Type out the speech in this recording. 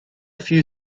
few